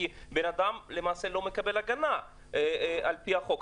כי אדם למעשה לא מקבל הגנה על פי החוק.